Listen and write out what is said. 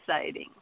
exciting